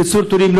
קיצור תורים,